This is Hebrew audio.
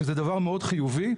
שזה דבר מאוד חיובי.